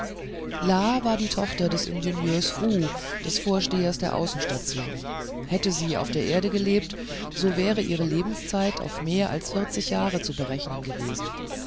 war die tochter des ingenieurs fru des vorstehers der außenstation hätte sie auf der erde gelebt so wäre ihre lebenszeit auf mehr als vierzig jahre zu berechnen gewesen